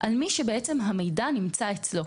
על מי שהמידע נמצא אצלו.